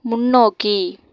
முன்னோக்கி